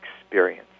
experience